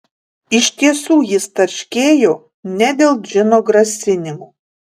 iš tiesų jis tarškėjo ne dėl džino grasinimų